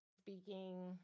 speaking